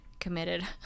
Committed